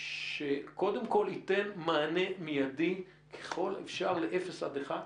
שקודם כול ייתן מענה מיידי ככל האפשר לאפס עד אחד קילומטר,